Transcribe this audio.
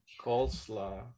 coleslaw